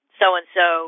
so-and-so